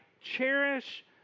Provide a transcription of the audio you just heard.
cherish